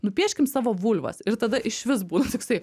nupieškim savo vulvas ir tada išvis būna toksai